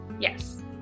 yes